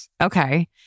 Okay